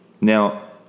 Now